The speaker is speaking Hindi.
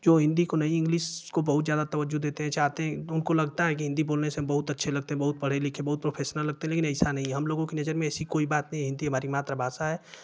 जो हिन्दी को नहीं इंग्लिस को बहुत ज़्यादा तवज्जो देते हैं चाहते हैं उनको लगता है कि हिन्दी बोलने से हम बहुत अच्छे लगते हैं बहुत पढे लिखे बहुत प्रोफेसनल लगते हैं लेकिन ऐसा नही है हम लोगों की नज़र में ऐसी कोई बात नहीं है हिन्दी हमारी मातृभाषा है